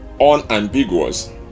unambiguous